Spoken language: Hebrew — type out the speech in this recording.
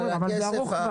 נכון, אבל זה ארוך טווח.